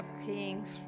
kings